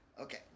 Okay